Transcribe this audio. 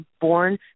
born